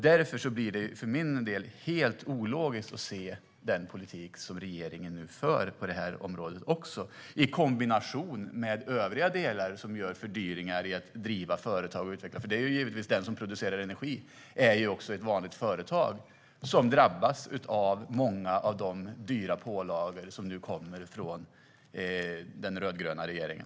Därför blir det för min del helt ologiskt att se den politik som regeringen för på det här området i kombination med övriga delar som innebär fördyringar i fråga om att driva företag och utveckla. Den som producerar energi är givetvis också ett vanligt företag som drabbas av många av de dyra pålagor som nu kommer från den rödgröna regeringen.